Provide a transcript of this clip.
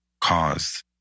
caused